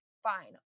Fine